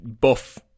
buff